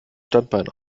standbein